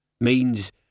Means